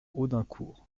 audincourt